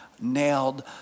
nailed